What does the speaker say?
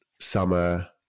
summer